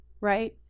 right